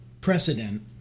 precedent